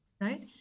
Right